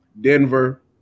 Denver